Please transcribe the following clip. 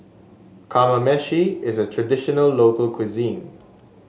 kamameshi is a traditional local cuisine